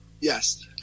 yes